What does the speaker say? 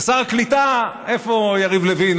ושר הקליטה, איפה יריב לוין?